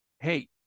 hey